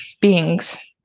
beings